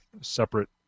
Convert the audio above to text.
separate